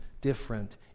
different